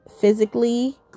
physically